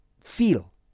feel